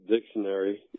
Dictionary